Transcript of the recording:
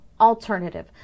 alternative